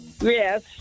Yes